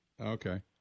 Okay